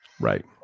Right